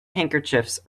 handkerchiefs